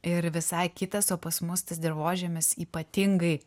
ir visai kitas o pas mus tas dirvožemis ypatingai